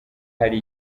hari